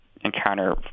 encounter